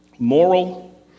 Moral